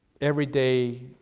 Everyday